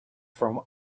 from